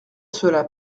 cela